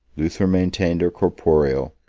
luther maintained a corporeal,